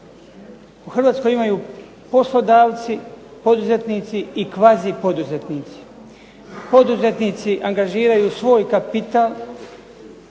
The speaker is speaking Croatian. U Hrvatskoj imaju poslodavci, poduzetnici i kvazi poduzetnici. Poduzetnici angažiraju svoj kapital